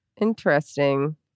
Interesting